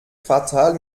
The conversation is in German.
quartal